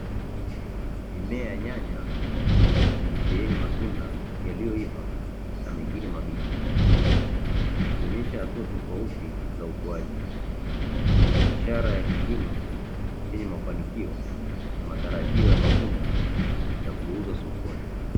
Mimea ya nyanya imesheheni matunda yaliyoiva na mengine mabichi yakionyesha hatua tofauti za ukuaji, ishara ya kilimo chenye mafanikio, matarajio ya mavuno ya kuuza sokoni.